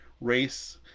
race